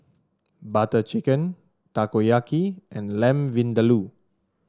Butter Chicken Takoyaki and Lamb Vindaloo